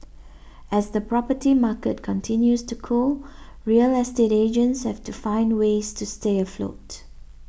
as the property market continues to cool real estate agents have to find ways to stay afloat